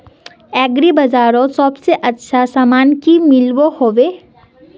Agri बजारोत सबसे अच्छा सामान की मिलोहो होबे?